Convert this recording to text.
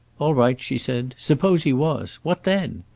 all right, she said. suppose he was? what then?